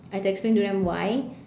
I had to explain to them why